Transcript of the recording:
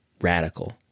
radical